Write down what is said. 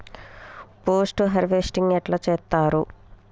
Post harvesting ఎట్ల చేత్తరు?